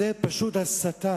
זו פשוט הסתה.